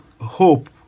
hope